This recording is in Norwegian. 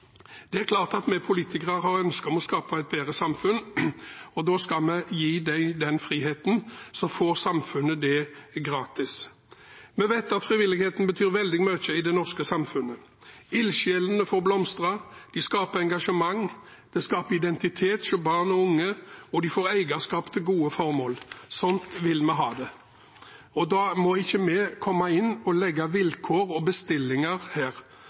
Det er klart at vi politikere har ønske om å skape et bedre samfunn, og da skal vi gi dem den friheten, så får samfunnet det gratis. Vi vet at frivilligheten betyr veldig mye i det norske samfunnet. Ildsjelene får blomstre, det skaper engasjement, det skaper identitet hos barn og unge, og de får eierskap til gode formål. Slik vil vi ha det. Da må ikke vi komme inn og legge vilkår og bestillinger her.